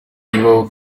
bibaho